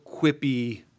quippy